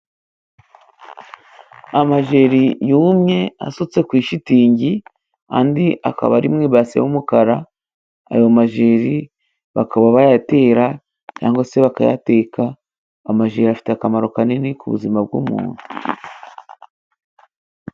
Amajeri yumye asutse ku shitingi. Andi akaba ari mu ibase y'umukara. Ayo majeri bakaba bayatera cyangwa se bakayateka. Amajiri afite akamaro kanini ku buzima bw'umuntu.